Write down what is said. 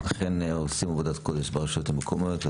אכן עושים עבודת קודש ברשויות המקומיות,